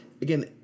Again